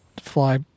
fly